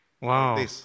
Wow